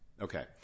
Okay